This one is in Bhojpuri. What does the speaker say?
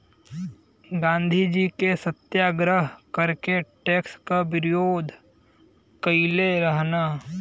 गांधीजी ने सत्याग्रह करके टैक्स क विरोध कइले रहलन